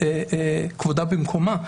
שכבודה במקומה,